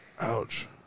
Ouch